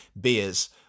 beers